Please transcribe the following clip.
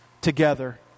together